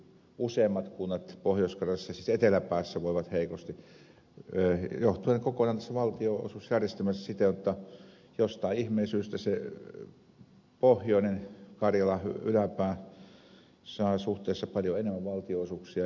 useimmat kunnat pohjois karjalassa siis eteläpäässä voivat heikosti johtuen kokonaan tästä valtionosuusjärjestelmästä siitä jotta jostain ihmeen syystä se pohjoinen karjalan yläpää saa suhteessa paljon enemmän valtionosuuksia